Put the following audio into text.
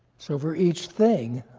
so for each thing,